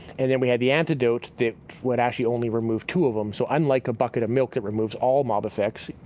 and then we had the antidote that would actually only remove two of them. so unlike bucket of milk that removes all mob effects,